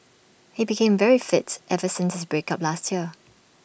he became very fit ever since break up last year